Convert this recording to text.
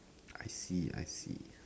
I see I see